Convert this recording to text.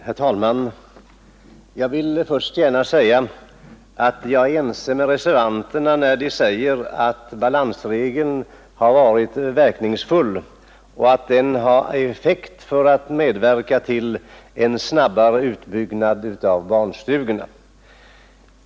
Herr talman! Jag vill först gärna framhålla att jag är ense med reservanterna när de säger att balansregeln har varit verkningsfull och att den medverkat till en snabbare utbyggnad av barnstugorna.